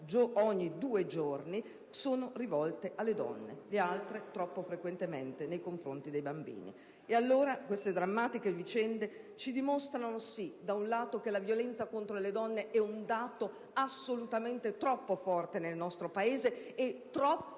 ogni due giorni) sono rivolti contro le donne; gli altri, troppo frequentemente, nei confronti dei bambini. Queste drammatiche vicende ci dimostrano che la violenza contro le donne è un dato assolutamente troppo forte nel nostro Paese e che troppo